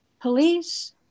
Police